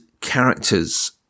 characters